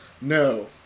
no